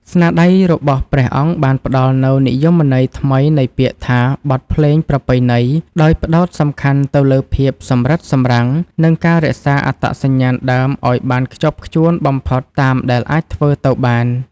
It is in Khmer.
ស្នាដៃរបស់ព្រះអង្គបានផ្តល់នូវនិយមន័យថ្មីនៃពាក្យថា បទភ្លេងប្រពៃណី ដោយផ្តោតសំខាន់ទៅលើភាពសម្រិតសម្រាំង និងការរក្សាអត្តសញ្ញាណដើមឱ្យបានខ្ជាប់ខ្ជួនបំផុតតាមដែលអាចធ្វើទៅបាន។